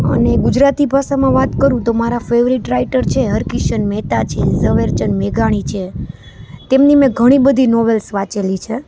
અને ગુજરાતી ભાષામાં વાત કરું તો મારા ફેવરિટ રાઇટર છે હરકિશન મેહતા છે ઝવેરચંદ મેઘાણી છે તેમની મેં ઘણી બધી નોવેલ્સ વાંચેલી છે